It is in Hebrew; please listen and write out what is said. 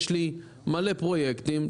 יש לי מלא פרויקטים,